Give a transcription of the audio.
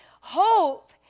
hope